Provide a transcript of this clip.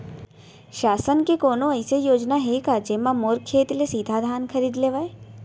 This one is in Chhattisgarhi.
शासन के कोनो अइसे योजना हे का, जेमा मोर खेत ले सीधा धान खरीद लेवय?